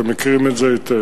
אתם מכירים את זה היטב.